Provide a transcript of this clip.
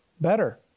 better